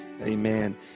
Amen